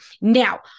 Now